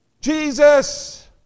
Jesus